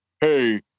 hey